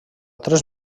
tres